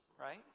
right